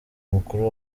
mukuru